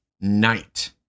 night